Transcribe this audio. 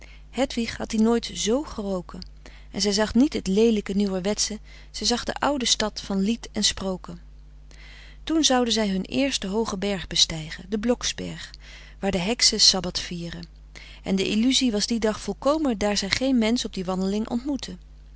hedwig had die nooit z geroken en zij zag niet het leelijke nieuwerwetsche zij zag de oude stad van lied en sproke toen zouden zij hun eersten hoogen berg bestijgen den bloksberg waar de heksen sabbath vieren en de illuzie was dien dag volkomen daar zij geen mensch op die wandeling ontmoetten